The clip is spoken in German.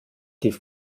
die